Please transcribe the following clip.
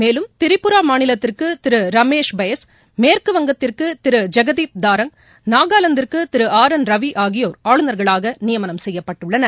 மேலும் திரிபுரா மாநிலத்திற்கு திரு ரமேஷ் பைஸ் மேற்கு வங்கத்திற்கு திரு ஜெகதீப் தங்கட் நாகாலாந்திற்கு திரு ஆர் என் ரவி ஆகியோர் ஆளுநர்களாக நியமனம் செய்யப்பட்டுள்ளனர்